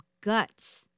guts